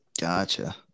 gotcha